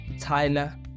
Tyler